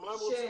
אז מה הם רוצים,